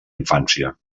infància